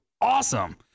awesome